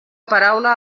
paraula